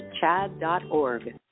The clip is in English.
chad.org